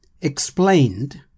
explained